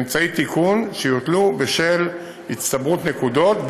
אמצעי תיקון שיוטלו בשל הצטברות נקודות,